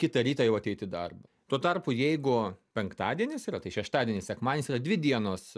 kitą rytą jau ateit į darbą tuo tarpu jeigu penktadienis yra tai šeštadienis sekmadienis yra dvi dienos